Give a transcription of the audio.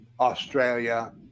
Australia